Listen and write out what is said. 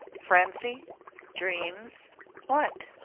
frenzy dreams what?